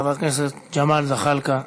חבר הכנסת ג'מאל זחאלקה,